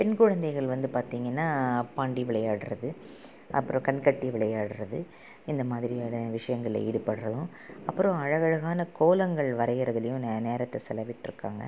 பெண் குழந்தைகள் வந்து பார்த்தீங்கன்னா பாண்டி விளையாடுறது அப்புறம் கண் கட்டி விளையாடுறது இந்த மாதிரியான விஷயங்களில் ஈடுபடுறதும் அப்புறம் அழகழகான கோலங்கள் வரைகிறதுலையும் நே நேரத்தை செலவிட்டிருக்காங்க